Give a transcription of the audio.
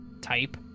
type